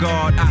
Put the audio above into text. God